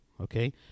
okay